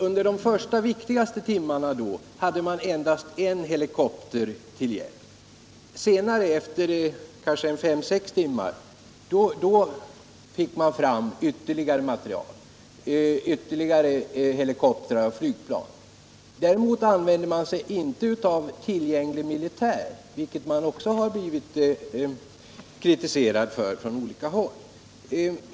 Under de första viktigaste timmarna hade man då endast en helikopter till hjälp. Senare fick man fram ytterligare helikoptrar och flygplan. Däremot använde man sig inte av tillgänglig militär, vilket man också har blivit kritiserad för från olika håll.